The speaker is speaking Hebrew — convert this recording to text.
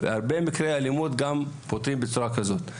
הרבה מקרי אלימות פותרים בצורה כזאת.